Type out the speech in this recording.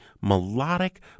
melodic